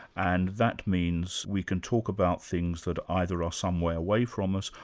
and that means we can talk about things that either are some way away from us,